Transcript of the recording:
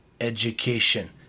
education